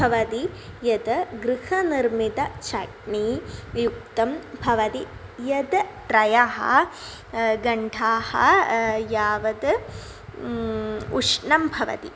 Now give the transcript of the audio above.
भवति यद् गृहनिर्मितं चट्नी युक्तं भवति यद् त्रयः घण्टाः यावत् उष्णं भवति